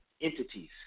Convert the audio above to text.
entities